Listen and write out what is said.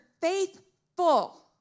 faithful